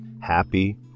happy